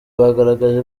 bagaragaje